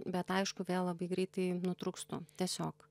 bet aišku vėl labai greitai nutrūkstu tiesiog